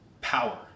power